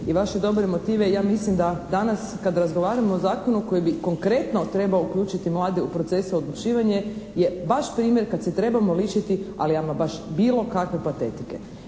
i vaše dobre motive, ja mislim da danas kad razgovaramo o zakonu koji bi konkretno trebao uključiti mlade u procese odlučivanja je baš primjer kad se treba lišiti ali ama baš bilo kakve patetike.